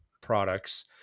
products